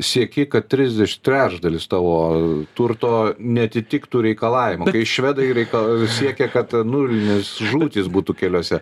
sieki kad trisdeš trečdalis tavo turto neatitiktų reikalavimų kai švedai reika siekia kad nulinės žūtys būtų keliuose